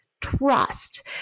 trust